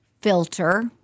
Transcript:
filter